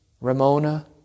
Ramona